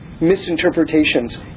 misinterpretations